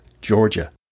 Georgia